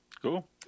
cool